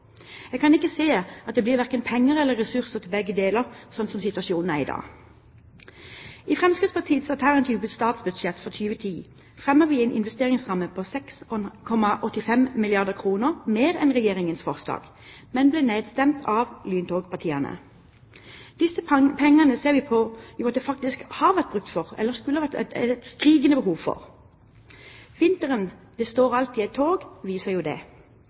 Jeg kan ikke se at det blir verken penger eller ressurser til begge deler, slik situasjonen er i dag. I Fremskrittspartiets alternative statsbudsjett for 2010 fremmet vi en investeringsramme på 6,85 milliarder kr mer enn Regjeringens forslag, men ble nedstemt av lyntogpartiene. Disse pengene ser vi jo at det faktisk har vært et skrikende behov for. Vinteren man kan kalle «det står alltid et tog», viser jo det.